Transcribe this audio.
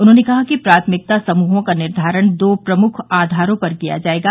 उन्होंने कहा कि प्राथमिकता समूहों का निर्धारण दो प्रमुख आधारों पर किया जायेगा